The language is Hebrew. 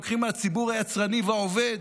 לוקחים מהציבור היצרני והעובד.